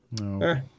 No